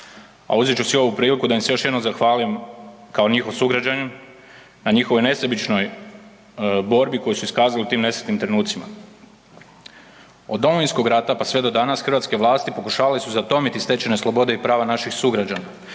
A uzet ću si ovu priliku da im se još jednom zahvalim kao njihov sugrađanin na njihovoj nesebičnoj borbi koju su iskazali u tim nesretnim trenucima. Od Domovinskog rata pa sve do danas hrvatske vlasti pokušavale su zatomiti stečene slobode i prava naših sugrađana